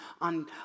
on